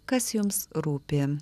kas jums rūpi